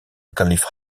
calife